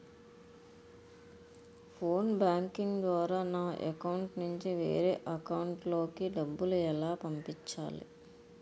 Phone banking ద్వారా నా account నుంచి వేరే అకౌంట్ లోకి డబ్బులు ఎలా పంపించాలి?